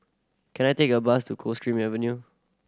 can I take a bus to Coldstream Avenue